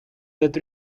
that